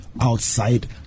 Outside